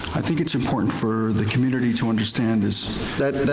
i think it's important for the community to understand this